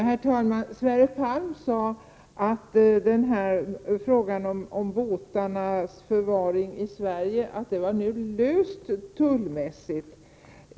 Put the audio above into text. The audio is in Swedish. Herr talman! Sverre Palm sade att frågan om båtarnas förvaring i Sverige var löst i tullavseende.